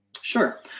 Sure